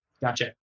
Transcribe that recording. Gotcha